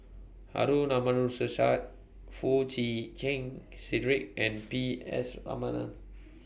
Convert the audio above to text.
Harun Foo Chee Keng Cedric and P S Raman